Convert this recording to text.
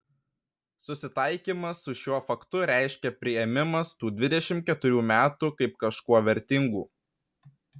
susitaikymas su šiuo faktu reiškia priėmimas tų dvidešimt keturių metų kaip kažkuo vertingų